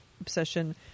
Obsession